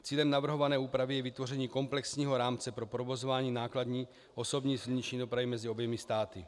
Cílem navrhované úpravy je vytvoření komplexního rámce pro provozování nákladní, osobní silniční dopravy mezi oběma státy.